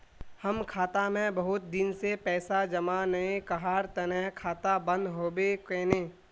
हम खाता में बहुत दिन से पैसा जमा नय कहार तने खाता बंद होबे केने?